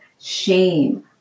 shame